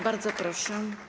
Bardzo proszę.